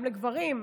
גם לגברים,